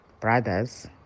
brothers